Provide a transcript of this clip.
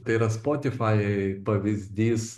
tai yra spotify pavyzdys